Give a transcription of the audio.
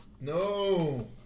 No